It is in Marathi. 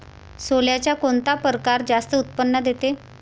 सोल्याचा कोनता परकार जास्त उत्पन्न देते?